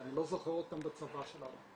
ואני לא זוכר אותם בצבא שלנו.